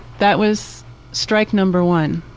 that was strike number one.